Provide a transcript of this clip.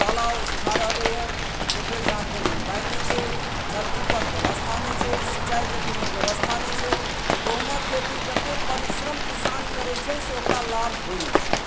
तालाब सुखा रहलैए पोखरि झाँखरिमे पानि नहि छै नलकूपक व्यवस्था नहि छै सिंचाइके कोनो व्यवस्था नहि छै तऽ गहूँमक खेती जतेक परिश्रम किसान करैत छै से ओकरा लाभ होइत नहि छै